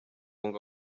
ngo